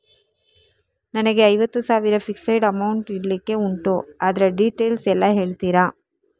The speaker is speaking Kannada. ನನಗೆ ಐವತ್ತು ಸಾವಿರ ಫಿಕ್ಸೆಡ್ ಅಮೌಂಟ್ ಇಡ್ಲಿಕ್ಕೆ ಉಂಟು ಅದ್ರ ಡೀಟೇಲ್ಸ್ ಎಲ್ಲಾ ಹೇಳ್ತೀರಾ?